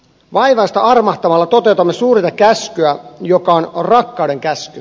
vaivaista armahtamalla toteutamme suurinta käskyä joka on rakkauden käsky